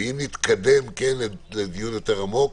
ואם נתקדם כן לדיון יותר עמוק,